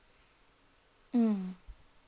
mm